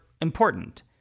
important